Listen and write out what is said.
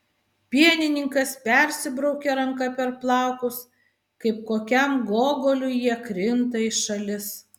pienininkas persibraukia ranka per plaukus kaip kokiam gogoliui jie krinta į šalis